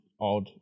odd